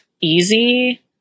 easy